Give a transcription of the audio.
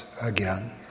again